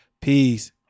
Peace